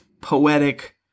poetic